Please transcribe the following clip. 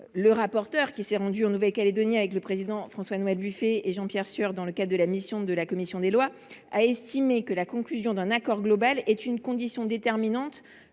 Le rapporteur, qui s’est rendu en Nouvelle Calédonie avec le président de la commission, François Noël Buffet, et Jean Pierre Sueur dans le cadre d’une mission de la commission des lois, a estimé que la conclusion d’un accord global constituait une condition déterminante